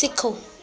सिखो